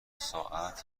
ساعت